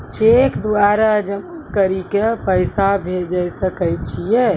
Cheque द्वारा जमा करि के पैसा भेजै सकय छियै?